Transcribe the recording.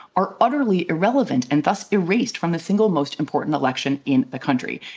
are utterly irrelevant and thus erased from the single most important election in the country.